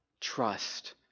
Trust